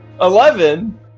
Eleven